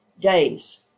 days